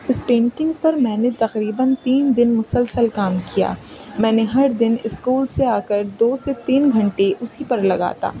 اس painting پر میں نے تقریباً تین دن مسلسل کام کیا میں نے ہر دن اسکول سے آ کر دو سے تین گھنٹے اسی پر لگاتا